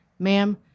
Ma'am